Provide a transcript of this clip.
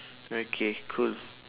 okay cool